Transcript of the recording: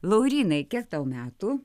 laurynai kiek tau metų